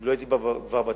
כשלא הייתי כבר בתפקיד,